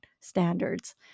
standards